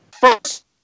first